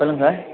சொல்லுங்கள் சார்